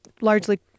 largely